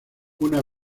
una